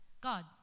God